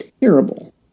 terrible